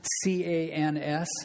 C-A-N-S